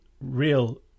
real